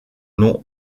nom